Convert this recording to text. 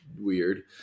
weird